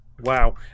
Wow